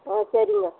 ஆ சரிங்க